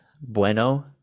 bueno